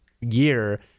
year